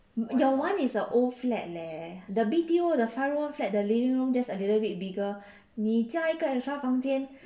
your your one is a old flat leh the B_T_O the five room flat the living room just a little bit bigger 你加一个 extra 房间